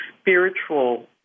spiritual